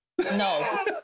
No